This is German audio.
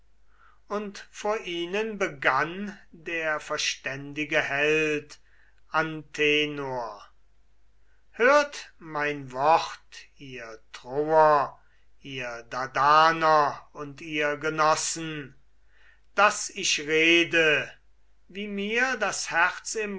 und redete vor der versammlung hört mein wort ihr troer ihr dardaner und ihr genossen daß ich rede wie mir das herz im